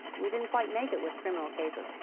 we didn't quite make it with criminal cases.